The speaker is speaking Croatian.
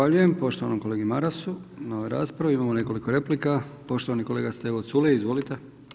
Zahvaljujem poštovanoj kolegi Marsu na ovoj raspravi, imamo nekoliko replika, poštovani kolega Stevo Culej, izvolite.